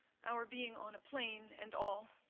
our being on a plane and all.